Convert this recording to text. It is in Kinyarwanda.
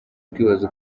twibaza